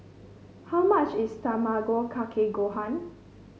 how much is Tamago Kake Gohan